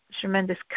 tremendous